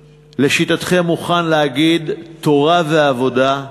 לשיטתכם, מוכן להגיד: תורה ועבודה,